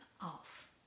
off